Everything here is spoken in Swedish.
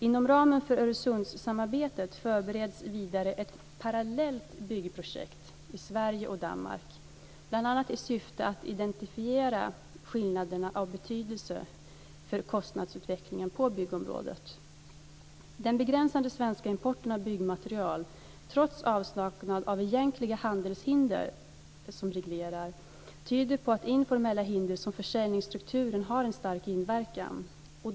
Inom ramen för Öresundssamarbetet förbereds vidare ett parallellt byggprojekt i Sverige och Danmark, bl.a. i syfte att identifiera skillnader av betydelse för kostnadsutvecklingen på byggområdet. Den begränsade omfattningen av den svenska importen av byggmaterial, trots avsaknad av egentliga handelshindrande regleringar, tyder på att informella hinder som försäljningsstrukturen har en stark inverkan.